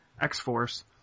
X-Force